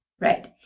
Right